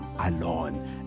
alone